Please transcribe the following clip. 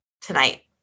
tonight